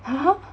!huh!